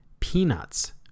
peanuts